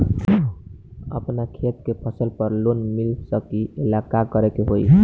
अपना खेत के फसल पर लोन मिल सकीएला का करे के होई?